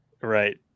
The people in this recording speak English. Right